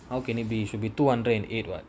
how can it be you should be two hundred and eight [what]